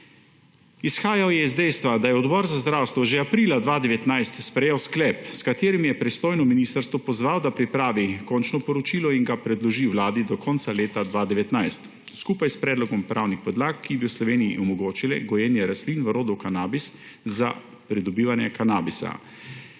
Izhajal je iz dejstva, da je Odbor za zdravstvo že aprila 2019 sprejel sklep, s katerim je pristojno ministrstvo pozval, da pripravi končno poročilo in ga predloži vladi do konca leta 2019, skupaj s predlogom pravnih podlag, ki bi v Sloveniji omogočile gojenje rastlin rodu kanabis za pridobivanje kanabisa,